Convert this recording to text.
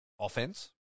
offense